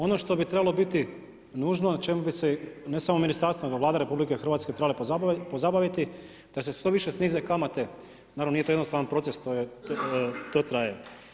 Ono što bi trebalo biti nužno, na čemu bi se, ne samo ministarstvo, nego i Vlada RH, trebali pozabaviti, da se što više snize kamate, naravno nije to jednostavan proces, to traje.